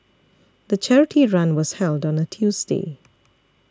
the charity run was held on Tuesday